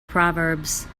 proverbs